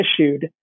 issued